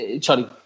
Charlie